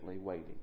waiting